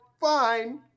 fine